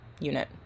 unit